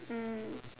mm